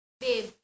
Babe